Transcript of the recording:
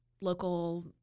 local